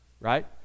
Right